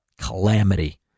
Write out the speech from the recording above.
calamity